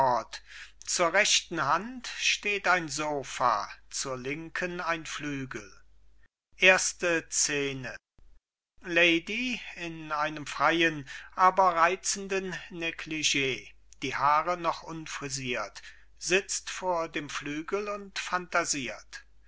zur rechten hand steht ein sopha zur linken ein flügel erste scene lady in einem freien aber reizenden neglig die haare noch unfrisiert sitzt vor dem flügel und phantasiert